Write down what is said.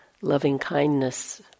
loving-kindness